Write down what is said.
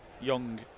Young